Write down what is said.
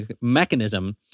mechanism